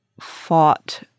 fought